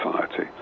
society